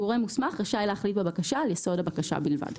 גורם מוסמך רשאי להחליט בבקשה על יסוד הבקשה בלבד.